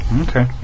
Okay